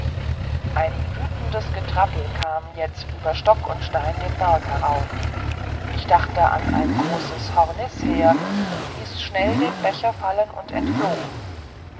ein wütendes getrappel kam jetzt über stock und stein den berg herauf ich dachte an ein großes hornißheer ließ schnell den becher fallen und entfloh